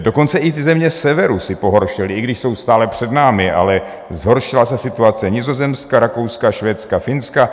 Dokonce i země severu si pohoršily, i když jsou stále před námi, ale zhoršila se situace Nizozemska, Rakouska, Švédska, Finska.